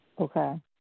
Okay